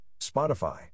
Spotify